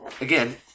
again